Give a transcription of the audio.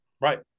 Right